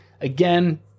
Again